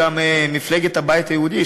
גם מפלגת הבית היהודי,